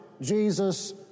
Jesus